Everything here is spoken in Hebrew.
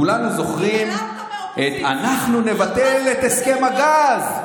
כולנו זוכרים את: אנחנו נבטל את הסכם הגז,